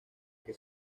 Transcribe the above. que